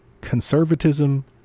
conservatism